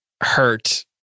hurt